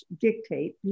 dictate